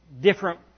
different